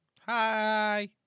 Hi